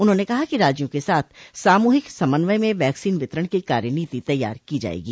उन्होंने कहा कि राज्यों के साथ सामूहिक समन्वय में वैक्सीन वितरण की कार्यनीति तैयार की जाएगी